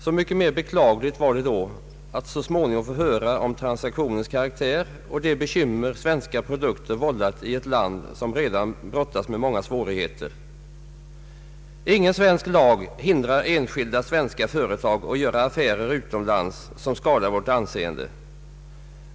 Så mycket mera beklagligt var det då att så småningom få höra om transaktionens karaktär och om de bekymmer svenska produkter vållat i ett land som redan brottas med många svårigheter. Ingen svensk lag hindrar enskilda svenska företag att göra affärer utomlands som skadar vårt anseende.